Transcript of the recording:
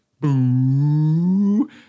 boo